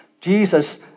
Jesus